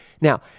Now